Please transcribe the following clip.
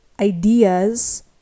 ideas